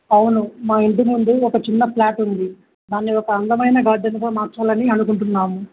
అవును మా ఇంటి నుండి ఒక చిన్న ఫ్లాట్ ఉంది దాన్ని ఒక అందమైన గార్డెన్తో మార్చాలని అనుకుంటున్నాము